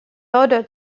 ordered